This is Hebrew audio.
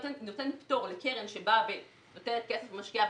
פטור לקרן שבאה ונותנת כסף ומשקיעה,